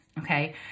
Okay